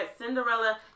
Cinderella